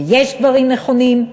ויש דברים נכונים,